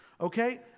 okay